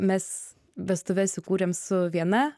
mes vestuves įkūrėm su viena